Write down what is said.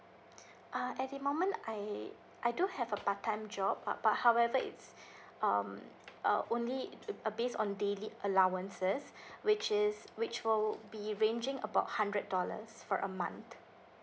ah at the moment I I do have a part time job but but however it's um uh only uh uh based on daily allowances which is which will be ranging about hundred dollars for a month